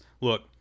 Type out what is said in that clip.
look